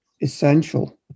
essential